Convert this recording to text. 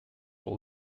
all